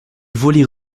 voler